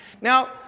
Now